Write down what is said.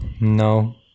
no